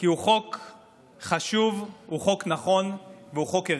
כי הוא חוק חשוב, הוא חוק נכון והוא חוק ערכי,